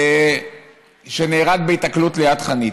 שנהרג בהיתקלות ליד חניתה.